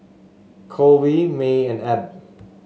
Colby May and Abb